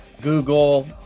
Google